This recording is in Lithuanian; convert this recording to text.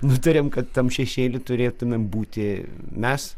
nutarėm kad tam šešėly turėtumėm būti mes